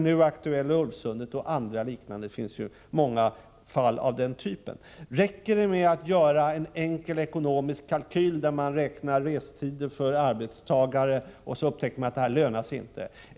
Nu gäller det Ulvsundet, men det finns många andra fall av samma typ. Räcker det att man gör en enkel ekonomisk kalkyl beträffande restiderna för arbetstagare och upptäcker att det här inte lönar sig?